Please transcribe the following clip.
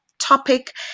topic